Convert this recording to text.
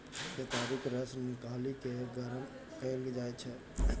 केतारीक रस निकालि केँ गरम कएल जाइ छै